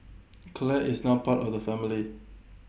Clare is now part of the family